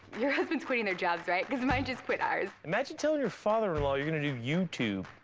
your husband's quitting their jobs, right? cause mine just quit ours. imagine telling your father-in-law you're gonna do youtube